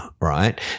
right